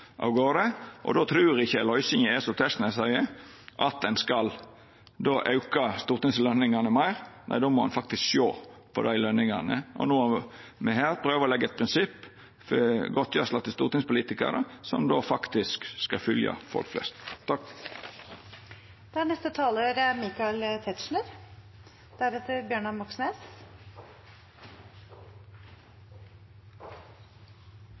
av garde. Då trur eg ikkje løysinga er som Tetzschner seier, at ein då skal auka stortingsløningane meir. Nei, då må ein sjå på dei løningane, og då må me her prøva å leggja eit prinsipp for godtgjersle til stortingspolitikarar som faktisk skal fylgja folk flest.